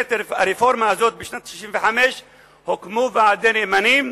הרפורמה הזאת בשנת 1965 הוקמו ועדי נאמנים,